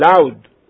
loud